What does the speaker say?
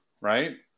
right